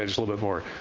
ah little bit more,